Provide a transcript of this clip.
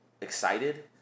excited